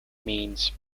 means